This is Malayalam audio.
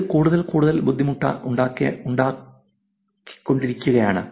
ഇത് കൂടുതൽ കൂടുതൽ ബുദ്ധിമുട്ടായിക്കൊണ്ടിരിക്കുകയാണ്